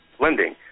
Lending